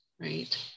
Right